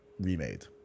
remade